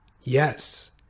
Yes